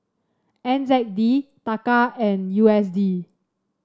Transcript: N Z D Taka and U S D